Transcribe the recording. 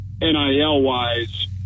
NIL-wise